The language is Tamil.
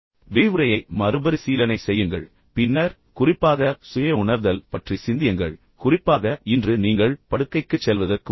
விரிவுரையை மறுபரிசீலனை செய்யுங்கள் பின்னர் குறிப்பாக சுய உணர்தல் பற்றி சிந்தியுங்கள் குறிப்பாக இன்று நீங்கள் படுக்கைக்குச் செல்வதற்கு முன்பு